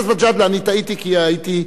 אני טעיתי, כי הייתי עסוק.